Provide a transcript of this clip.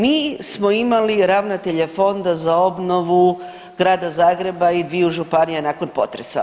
Mi smo imali ravnatelja Fonda za obnovu Grada Zagreba i dviju županija nakon potresa.